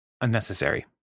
unnecessary